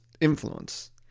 influence